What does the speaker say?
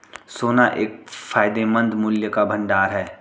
सोना एक फायदेमंद मूल्य का भंडार है